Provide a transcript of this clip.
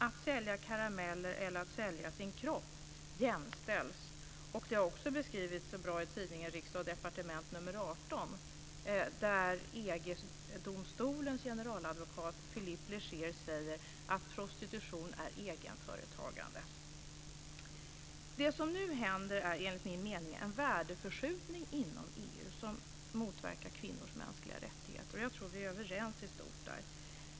Att sälja karameller och att sälja sin kropp jämställs. Detta har också beskrivits bra i tidningen Från Riksdag & Departement nr 18, där EG domstolens generaladvokat Philippe Leger säger att prostitution är egenföretagande. Det som nu sker är enligt min mening en värdeförskjutning inom EU som motverkar kvinnors mänskliga rättigheter. Där tror jag att vi i stort är överens.